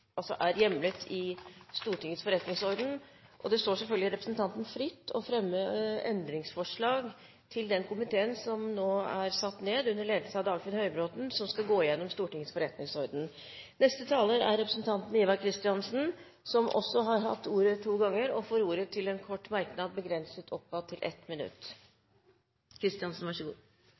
Stortingets forretningsorden. Det står selvfølgelig representanten fritt å fremme endringsforslag til den komiteen som nå er satt ned under ledelse av Dagfinn Høybråten, som skal gå igjennom Stortingets forretningsorden. Ivar Kristiansen har hatt ordet to ganger tidligere i debatten og får ordet til en kort merknad, begrenset til 1 minutt.